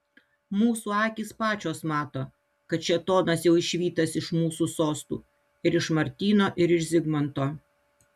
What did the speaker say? mūsų akys pačios mato kad šėtonas jau išvytas iš mūsų sostų ir iš martyno ir iš zigmanto